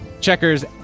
Checkers